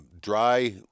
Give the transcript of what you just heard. dry